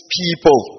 people